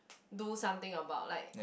do something about like